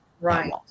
Right